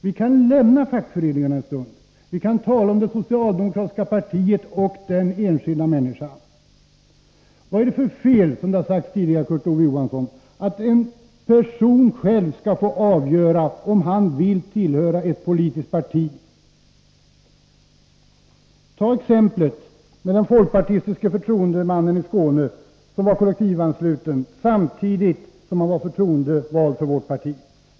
Vi kan lämna fackföreningarna för en stund och i stället tala om det socialdemokratiska partiet och den enskilda människan. Vad är det för fel, Kurt Ove Johansson, att en person själv skall få avgöra om han vill tillhöra ett politiskt parti? Ta exemplet med den folkpartistiske förtroendemannen i Skåne, som var kollektivansluten samtidigt som han var förtroendevald för vårt parti.